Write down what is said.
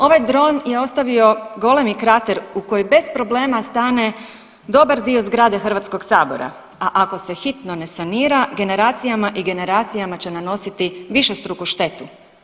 Ovaj dron je ostavio golemi krater u koji bez problema stane dobar dio zgrade Hrvatskog sabora, a ako se hitno ne sanira generacijama i generacijama će nanositi višestruku štetu.